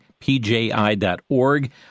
pji.org